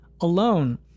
alone